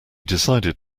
decided